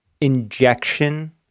injection